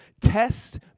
Test